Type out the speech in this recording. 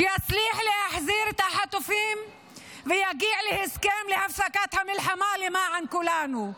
שיצליח להחזיר את החטופים ויגיע להסכם להפסקת המלחמה למען כולנו.